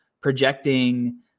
projecting